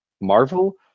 Marvel